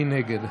מי נגד?